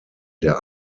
der